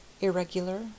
Irregular